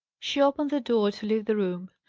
she opened the door to leave the room.